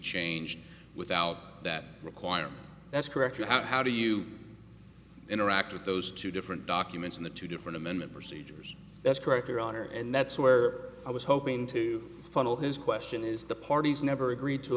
changed without that requirement that's correct you have how do you interact with those two different documents in the two different amendment procedures that's correct your honor and that's where i was hoping to funnel his question is the parties never agreed to